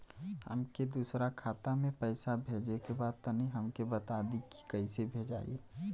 हमके दूसरा खाता में पैसा भेजे के बा तनि हमके बता देती की कइसे भेजाई?